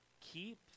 keep